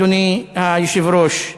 אדוני היושב-ראש,